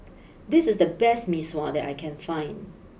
this is the best Mee Sua that I can find